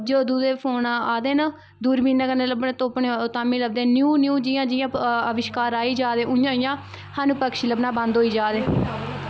जदूं दे फोन आ दे न दूरबीनैं कन्नैं तुप्पनें होन तां बी नी लब्भदे न्यू न्यू जियां जियां अभिशकार आई जा दे स्हानू पक्षी लब्भनां बंद होई जा दे